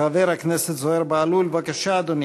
חבר הכנסת זוהיר בהלול, בבקשה, אדוני.